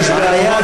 יש בעיה,